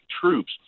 troops